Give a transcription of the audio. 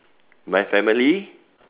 my family